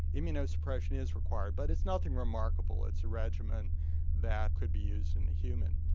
immunosuppression is required but it's nothing remarkable. it's a regimen that could be used in a human.